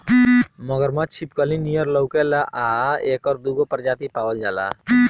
मगरमच्छ छिपकली नियर लउकेला आ एकर दूगो प्रजाति पावल जाला